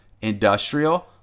industrial